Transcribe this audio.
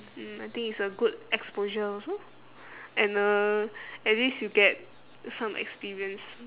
mm I think it's a good exposure also and uh at least you get some experience